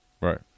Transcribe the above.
Right